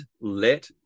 let